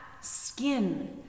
skin